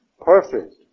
perfect